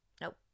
Nope